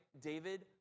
David